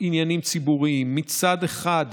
עניינים ציבוריים: מצד אחד,